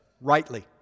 rightly